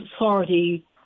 authority